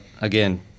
again